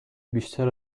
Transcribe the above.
بیشتر